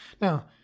Now